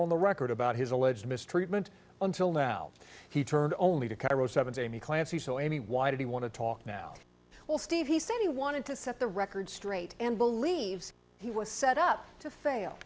on the record about his alleged mistreatment until now he turned only to cairo seventy clancy so amy why did he want to talk now well steve he said he wanted to set the record straight and believes he was set up to fail